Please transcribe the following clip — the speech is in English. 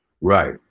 Right